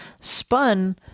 spun